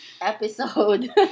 episode